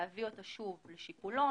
להביא אותה שוב לשיקולו,